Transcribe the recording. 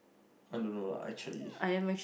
I don't know lah actually